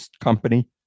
company